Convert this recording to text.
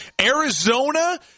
Arizona